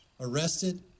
arrested